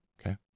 okay